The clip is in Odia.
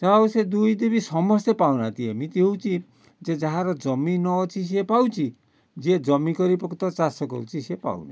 ଯାହା ହଉ ସେ ଦୁଇ ତିନି ବି ସମସ୍ତେ ପାଉନାହାଁନ୍ତି ଏମିତି ହେଉଛି ଯେ ଯାହାର ଜମି ନ ଅଛି ସେ ପାଉଛି ଯେ ଜମି କରି ପ୍ରକୃତରେ ଚାଷ କରୁଛି ସେ ପାଉନାହିଁ